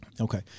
okay